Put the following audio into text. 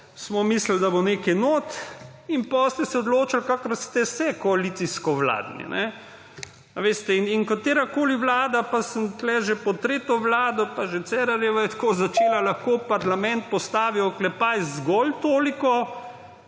smo mislili, da bo nekaj notri in potem ste se odločili, kot ste se, koalicijskovladni. Katerakoli vlada, pa sem tukaj že pod tretjo vlado, pa že Cerarjeva je tako začela, lahko v parlament postavi, oklepaj, zgolj toliko,